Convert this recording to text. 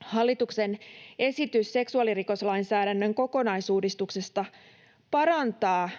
Hallituksen esitys seksuaalirikoslainsäädännön kokonaisuudistuksesta parantaa